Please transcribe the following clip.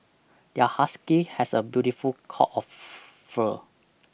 their husky has a beautiful coat of fur